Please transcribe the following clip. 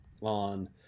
on